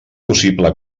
possible